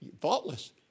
faultless